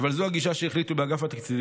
אבל זו הגישה שהחליטו עליה באגף התקציבים.